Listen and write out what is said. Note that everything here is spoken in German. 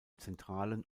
zentralen